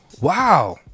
wow